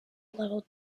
level